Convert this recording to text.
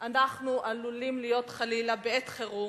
אנחנו עלולים להיות חלילה בעת חירום,